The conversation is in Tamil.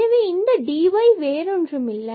எனவே இந்த dy வேறொன்றுமில்லை